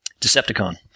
Decepticon